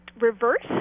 reverse